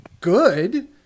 good